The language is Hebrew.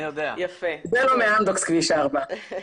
זה לא מאמדוקס כביש 4,